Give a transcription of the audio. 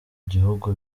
gihugu